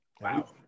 wow